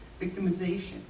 Victimization